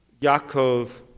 Yaakov